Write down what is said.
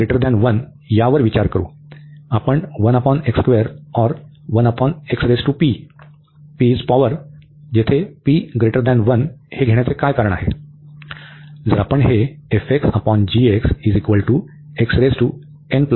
आपण हे घेण्याचे कारण काय आहे